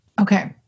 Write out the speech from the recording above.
Okay